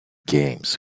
games